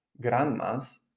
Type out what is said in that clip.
grandmas